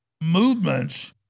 movements